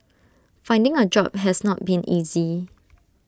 finding A job has not been easy